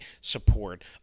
support